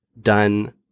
done